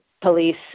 police